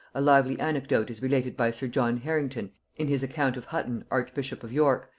a lively anecdote is related by sir john harrington in his account of hutton archbishop of york,